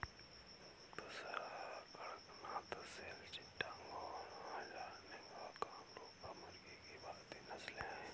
बुसरा, कड़कनाथ, असील चिट्टागोंग, झर्सिम और कामरूपा मुर्गी की भारतीय नस्लें हैं